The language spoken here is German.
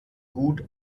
gut